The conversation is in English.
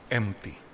empty